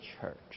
church